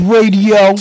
Radio